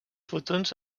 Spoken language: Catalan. fotons